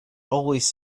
always